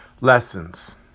Lessons